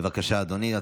בבקשה, אדוני.